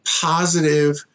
positive